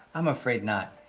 i'm afraid not.